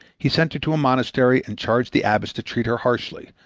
he sent her to a monastery and charged the abbess to treat her harshly,